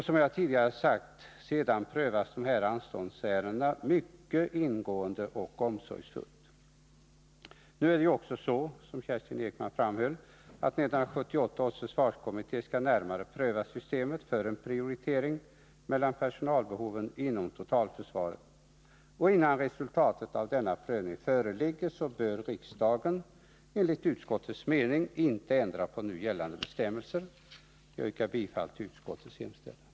— Som jag tidigare sagt prövas sedan de här ansökningsärendena mycket ingående och omsorgsfullt. Det är också på det sättet, som Kerstin Ekman framhöll, att 1978 års försvarskommitté skall närmare pröva systemet för en prioritering mellan personalbehoven inom totalförsvarets olika verksamhetsområden, och innan resultatet av denna prövning föreligger bör riksdagen enligt utskottets mening inte ändra på nu gällande bestämmelser. Jag yrkar bifall till utskottets hemställan.